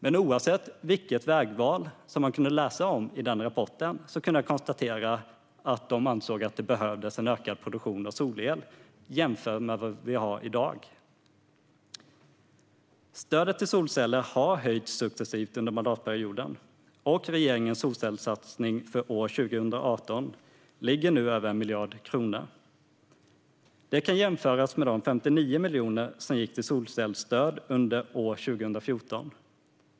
Men oavsett vilket vägval som man kunde läsa om i rapporten kunde jag konstatera att de ansåg att det behövs en ökad produktion av solel, jämfört med den vi har i dag. Stödet till solceller har höjts successivt under mandatperioden, och regeringens solcellssatsning för år 2018 ligger nu över 1 miljard kronor. Det kan jämföras med de 59 miljoner som gick till solcellsstöd under år 2014.